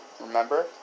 remember